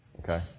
Okay